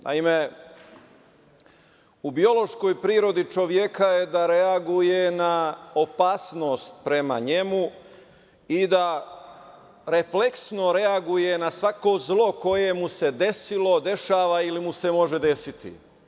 Naime, u biološkoj prirodi čoveka je da reaguje na opasnost prema njemu i da refleksno reaguje na svako zlo koje mu se desilo, dešava ili mu se može desiti.